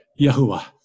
Yahuwah